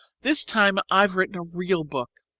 this time i've written a real book.